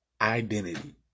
identity